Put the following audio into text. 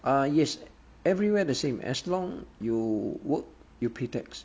uh yes everywhere the same as long you work you pay tax